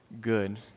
good